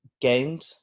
gained